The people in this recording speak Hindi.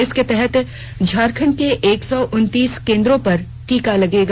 इसके तहत झारखंड के एक सौ उनतीस केंद्रों पर टीका लगेगा